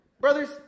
Brothers